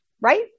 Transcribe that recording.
right